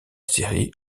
série